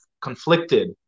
conflicted